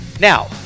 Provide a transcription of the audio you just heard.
Now